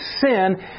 sin